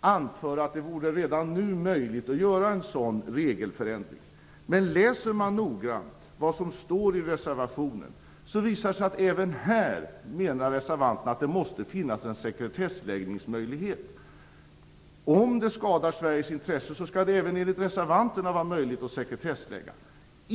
anför att det redan nu vore möjligt att göra en sådan regelförändring, men läser man noggrant vad som framhålls i reservationen, visar det sig att reservanterna menar att det även måste finnas en sekretessläggningsmöjlighet. Om Sverige annars skadas, skall det även enligt reservanterna vara möjligt med en sekretessbeläggning.